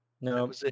No